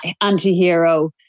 anti-hero